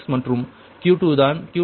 556 மற்றும் Q2 தான் Q21 minus 1